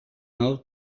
nou